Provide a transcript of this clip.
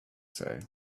say